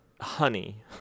Honey